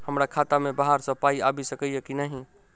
हमरा खाता मे बाहर सऽ पाई आबि सकइय की नहि?